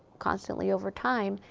constantly, over time.